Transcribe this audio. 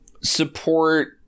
support